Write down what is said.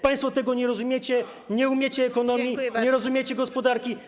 Państwo tego nie rozumiecie, nie znacie się na ekonomii, nie rozumiecie gospodarki.